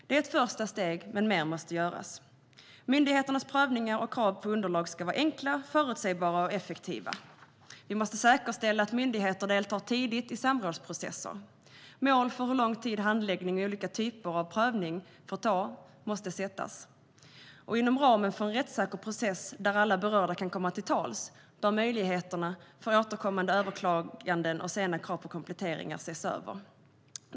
Det är ett första steg, men mer måste göras. Myndigheternas prövningar och krav på underlag ska vara enkla, förutsägbara och effektiva. Vi måste säkerställa att myndigheter deltar tidigt i samrådsprocesser. Mål för hur lång tid handläggning och olika typer av prövning får ta måste sättas. Inom ramen för en rättssäker process där alla berörda kan komma till tals bör möjligheterna för återkommande överklaganden och sena krav på kompletteringar ses över.